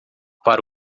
para